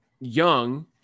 Young